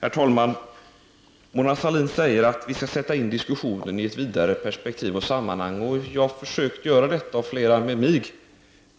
Herr talman! Mona Sahlin säger att vi skall sätta in diskussionen i ett vidare perspektiv, och det är också vad jag och flera med mig har försökt att göra.